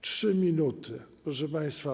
3 minuty, proszę państwa.